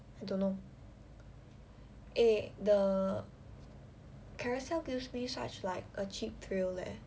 I don't know eh the Carousell gives me such like a cheap thrill leh